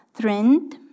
trend